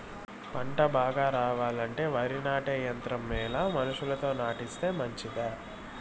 పంట బాగా రావాలంటే వరి నాటే యంత్రం మేలా మనుషులతో నాటిస్తే మంచిదా?